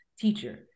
teacher